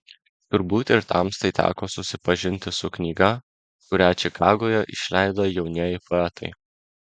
turbūt ir tamstai teko susipažinti su knyga kurią čikagoje išleido jaunieji poetai